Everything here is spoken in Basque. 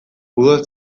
futbol